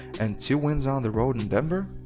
and two wins on the road in denver.